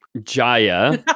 Jaya